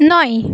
নয়